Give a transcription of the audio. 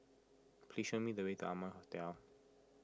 please show me the way to Amoy Hotel